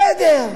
בסדר.